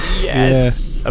Yes